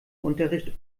unterricht